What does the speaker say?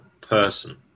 person